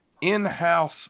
in-house